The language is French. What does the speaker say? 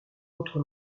autre